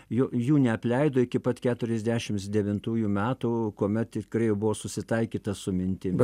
jų jų neapleido iki pat keturiasdešims devintųjų metų kuomet tikrai buvo susitaikyta su mintim